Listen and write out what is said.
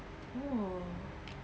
oh